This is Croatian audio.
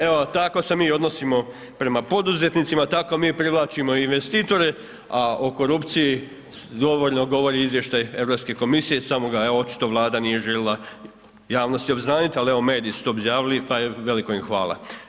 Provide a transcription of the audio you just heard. Evo tako se mi odnosimo prema poduzetnicima, tako mi privlačimo investitore a o korupciji dovoljno govori izvještaj Europske komisije samo ga je očito Vlada nije željela javnosti obznaniti ali evo mediji su to obznanili pa veliko im hvala.